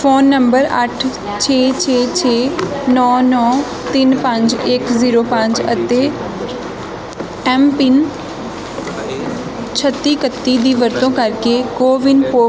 phone number ਅੱਠ ਛੇ ਛੇ ਛੇ ਨੌਂ ਨੌਂ ਤਿੰਨ ਪੰਜ ਇੱਕ ਜ਼ੀਰੋ ਪੰਜ ਅਤੇ ਐਮਪਿੰਨ ਛੱਤੀ ਇਕੱਤੀ ਦੀ ਵਰਤੋਂ ਕਰਕੇ ਕੋਵਿਨ ਪੋ